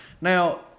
Now